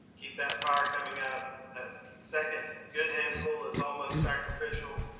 keep that fire coming up. that second good handful is almost sacrificial